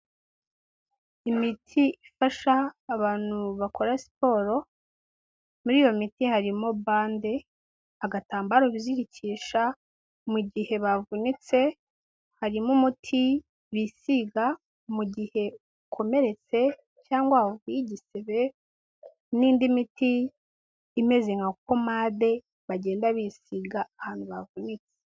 Imiti ifasha abantu bakora siporo muri iyo miti harimo bande, agatambaro bizirikisha mu gihe bavunitse, harimo umuti bisiga mu gihe ukomeretse cyangwa wavuye igisebe n'indi miti imeze nka pomade bagenda bisiga ahantu havunitse.